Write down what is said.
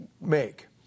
make